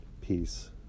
Peace